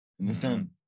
understand